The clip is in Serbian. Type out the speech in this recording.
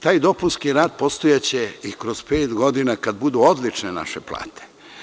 Taj dopunski rad postojaće i kroz pet godina kada budu odlične plate.